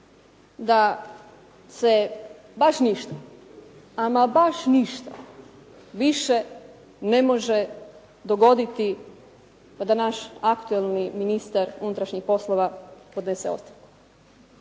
da se baš ništa, ama baš ništa više ne može dogoditi a da naš aktualni ministar unutrašnjih poslova podnese ostavku.